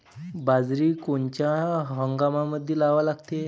बाजरी कोनच्या हंगामामंदी लावा लागते?